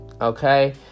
okay